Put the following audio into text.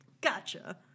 Gotcha